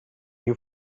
you